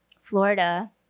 Florida